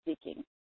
speaking